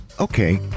Okay